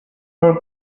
her